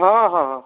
ହଁ ହଁ ହଁ